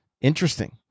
Interesting